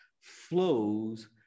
flows